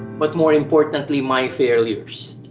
but more importantly my failures.